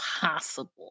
possible